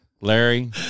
Larry